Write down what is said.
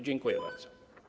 Dziękuję bardzo.